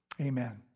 Amen